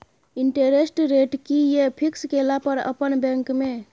Interest rate कि ये fix केला पर अपन बैंक में?